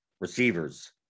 receivers